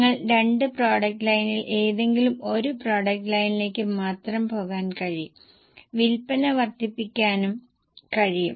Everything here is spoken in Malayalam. നിങ്ങൾക്ക് രണ്ട് പ്രോഡക്റ്റ് ലൈനിൽ ഏതെങ്കിലും ഒരു പ്രോഡക്റ്റ് ലൈനിലേക്ക് മാത്രം പോകാൻ കഴിയും വിൽപ്പന വർദ്ധിപ്പിക്കാനും കഴിയും